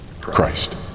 Christ